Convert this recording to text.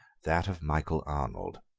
that of michael arnold.